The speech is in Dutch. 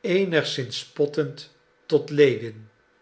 eenigszins spottend tot lewin